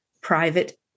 private